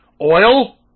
oil